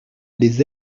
les